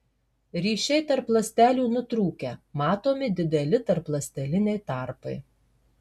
ryšiai tarp ląstelių nutrūkę matomi dideli tarpląsteliniai tarpai